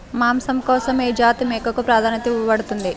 మాంసం కోసం ఏ జాతి మేకకు ప్రాధాన్యత ఇవ్వబడుతుంది?